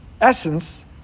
essence